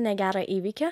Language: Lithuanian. negerą įvykį